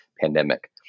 pandemic